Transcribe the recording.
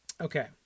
Okay